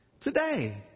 today